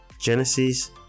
Genesis